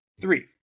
three